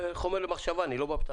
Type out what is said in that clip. זה חומר למחשבה, אני לא בא בטענות.